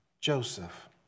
Joseph